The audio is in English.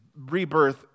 rebirth